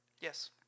Yes